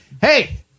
Hey